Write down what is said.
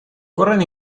corren